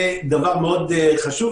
זה דבר חשוב מאוד.